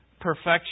perfection